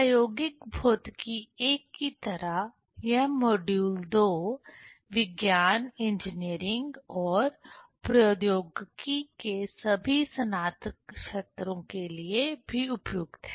प्रायोगिक भौतिकी I की तरह यह मॉड्यूल II विज्ञान इंजीनियरिंग और प्रौद्योगिकी के सभी स्नातक छात्रों के लिए भी उपयुक्त है